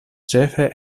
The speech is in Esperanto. ĉefe